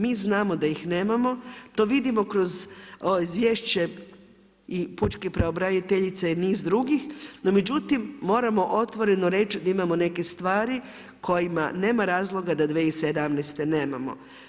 Mi znamo da ih nemamo, to vidimo kroz izvješće i pučke pravobraniteljice i niz drugih, no međutim moramo otvoreno reći da imamo neke stvari kojima nema razloga da 2017. nemamo.